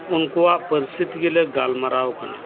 ᱩᱱᱠᱩᱣᱟᱜ ᱯᱟᱹᱨᱥᱤ ᱛᱮᱜᱮ ᱞᱮ ᱜᱟᱞᱢᱟᱨᱟᱣ ᱠᱟᱱᱟ